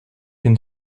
den